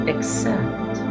Accept